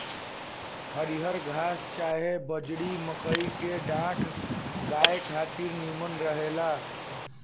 हरिहर घास चाहे बजड़ी, मकई के डांठ गाया खातिर निमन रहेला